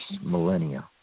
millennia